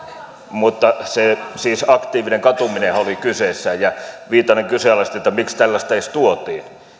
siis aktiivinen katuminenhan oli kyseessä ja viitanen kyseenalaisti että miksi tällaista edes tuotiin